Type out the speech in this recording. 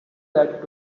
that